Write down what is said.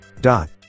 dot